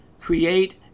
create